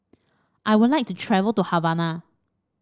I would like to travel to Havana